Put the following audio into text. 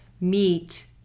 meet